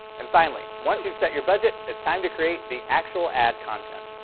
and finally, once you've set your budget, it's time to create the actual ad content.